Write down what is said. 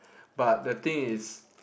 but the thing is